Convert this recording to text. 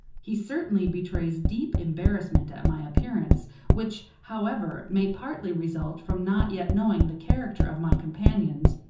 he certainly betrays deep embarrassment at my appearance which, however, may partly result from not yet knowing the character of my companions,